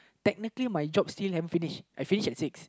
technically my job still haven't finish I finish at six